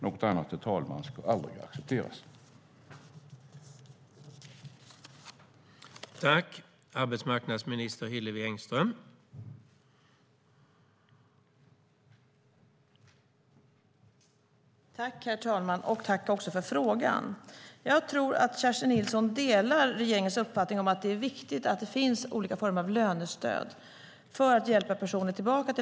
Något annat ska aldrig accepteras, herr talman.